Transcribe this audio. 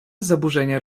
zaburzenia